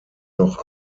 noch